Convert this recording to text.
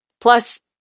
Plus